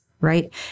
right